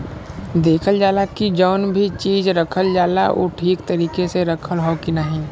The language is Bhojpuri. देखल जाला की जौन भी चीज रखल जाला उ ठीक तरीके से रखल हौ की नाही